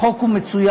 החוק הוא מצוין.